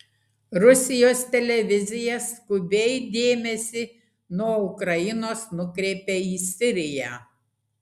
rusijos televizija skubiai dėmesį nuo ukrainos nukreipia į siriją